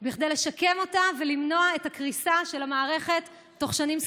בגלל שהקרקע היא חינם.